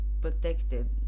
protected